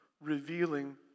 revealing